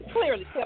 Clearly